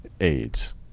AIDS